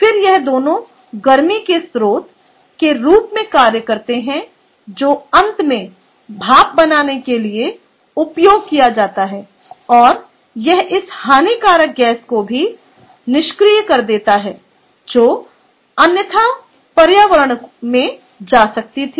फिर यह दोनों गर्मी के स्रोत के रूप में कार्य करते है जो अंत में भाप बनाने के लिए उपयोग किया जाता है और यह इस हानिकारक गैस को भी निष्क्रिय कर देता है जो अन्यथा पर्यावरण में जा सकती थी